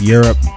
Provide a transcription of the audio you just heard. Europe